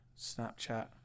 Snapchat